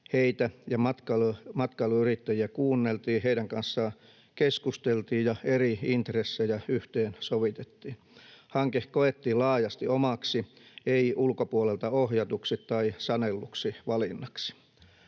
heitä ja matkailuyrittäjiä kuunneltiin, heidän kanssaan keskusteltiin ja eri intressejä yhteensovitettiin. Hanke koettiin laajasti omaksi, ei ulkopuolelta ohjatuksi tai sanelluksi valinnaksi.